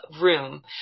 room